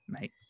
mate